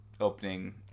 opening